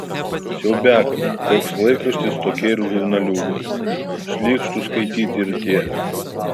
siaubiakas koks laikraštis tokie ir žurnaliūgos šlykštu skaityt ir tiek